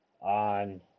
on